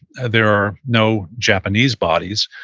there are no japanese bodies,